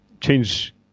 change